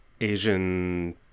Asian